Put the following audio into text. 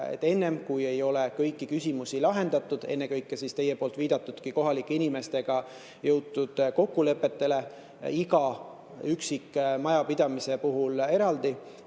enne, kui ei ole kõiki küsimusi lahendatud, ennekõike siis teie viidatud kohalike inimestega jõutud kokkuleppele iga üksikmajapidamise puhul eraldi,